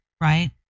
right